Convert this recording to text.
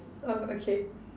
oh okay